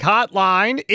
Hotline